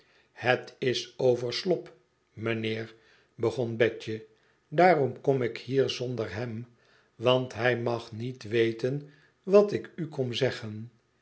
het is over slop mijnheer begon betje daarom kom ik hier zonder hem want hij mag niet weten wat ik u kom zeggen